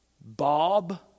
Bob